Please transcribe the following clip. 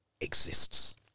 exists